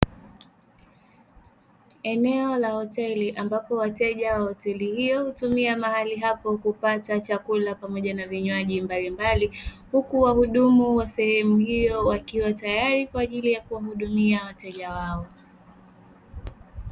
Eneo la hoteli, ambapo wateja wa hoteli hiyo hutumia mahali hapo kupata chakula pamoja na vinywaji mbalimbali, huku wahudumu wa sehemu hiyo wakiwa tayari kwa ajili ya kuwahudumia wateja wao.